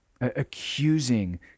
accusing